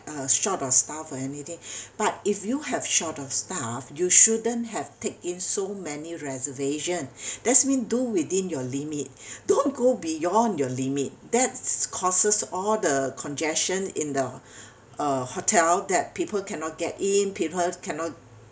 uh short of staff or anything but if you have short of staff you shouldn't have take in so many reservation that's mean do within your limit don't go beyond your limit that's causes all the congestion in the uh hotel that people cannot get in people cannot